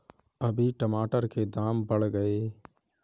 अभी टमाटर के दाम बढ़ गए